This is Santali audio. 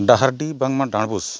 ᱰᱟᱦᱟᱨᱰᱤ ᱵᱟᱝᱢᱟ ᱰᱟᱸᱰᱵᱳᱥ